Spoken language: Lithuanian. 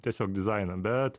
tiesiog dizainą bet